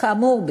כאמור,